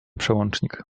przełącznik